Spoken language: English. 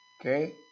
okay